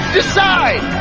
decide